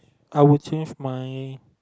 I would change my